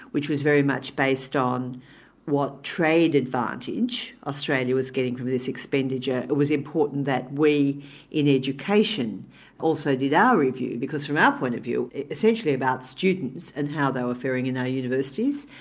which was very much based on what trade advantage australia was getting from this expenditure, it was important that we in education also did our review, because from our point of view, essentially about students and how they were faring in our universities,